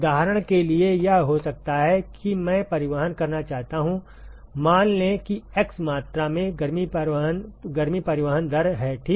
उदाहरण के लिए यह हो सकता है कि मैं परिवहन करना चाहता हूं मान लें कि x मात्रा में गर्मी परिवहन दर है ठीक